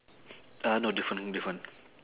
uh no different different